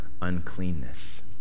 uncleanness